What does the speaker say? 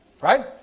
right